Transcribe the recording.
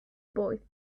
boy